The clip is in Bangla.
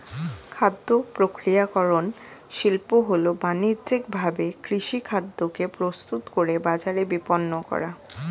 খাদ্যপ্রক্রিয়াকরণ শিল্প হল বানিজ্যিকভাবে কৃষিখাদ্যকে প্রস্তুত করে বাজারে বিপণন করা